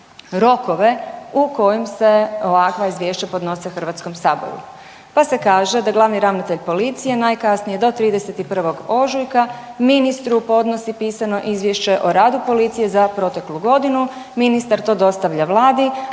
rokove u kojim se ovakva izvješća podnose HS, pa se kaže da glavni ravnatelj policije najkasnije do 31. ožujka ministru podnosi pisano izvješće o radu policije za proteklu godinu, ministar to dostavlja vladi,